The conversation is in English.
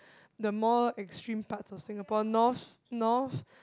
the more extreme parts of Singapore north north